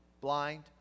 blind